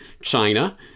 China